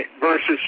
versus